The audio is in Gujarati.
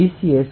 એસ